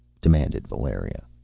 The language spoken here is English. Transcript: demanded valeria.